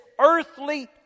earthly